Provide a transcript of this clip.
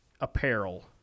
apparel